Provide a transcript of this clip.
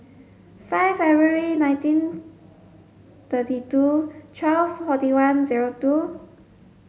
five February nineteen thirty two twelve forty one zero two